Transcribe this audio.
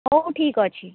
ହଉ ହଉ ଠିକ୍ ଅଛି